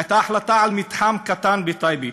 הייתה החלטה על מתחם קטן בטייבה,